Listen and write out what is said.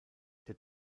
der